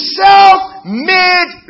self-made